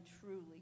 truly